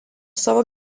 savo